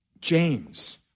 James